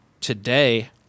today